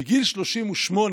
בגיל 38,